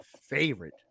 favorite